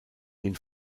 den